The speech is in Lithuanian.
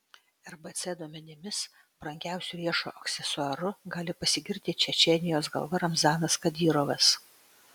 rbc duomenimis brangiausiu riešo aksesuaru gali pasigirti čečėnijos galva ramzanas kadyrovas